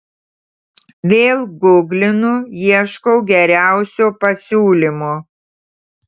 vėl guglinu ieškau geriausio pasiūlymo